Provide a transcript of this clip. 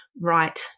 right